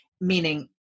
meaning